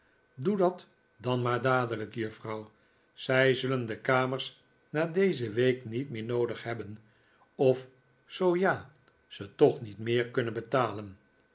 doe dat dan maar dadelijk juffrouw zij zullen de kamers na deze week niet meer noodig hebben of zoo ja ze toch niet meer kunnen betaleh